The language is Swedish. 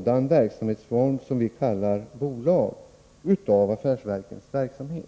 den verksamhetsform som vi kallar bolag svarar för mer än hälften av affärsverkens omsättning.